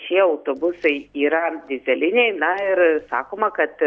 šie autobusai yra dyzeliniai na ir sakoma kad